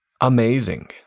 amazing